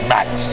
Max